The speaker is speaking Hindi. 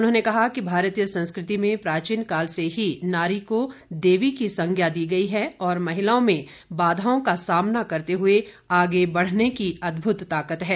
उन्होंने कहा कि भारतीय संस्कृति में प्राचीनकाल से ही नारी को देवी की संज्ञा दी गई है और महिलाओं में बाधाओं का सामना करते हुए आगे बढ़ने की अदभुत ताकत है